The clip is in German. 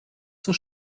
zur